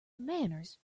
manners